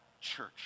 church